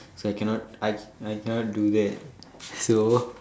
so I cannot I I cannot do that so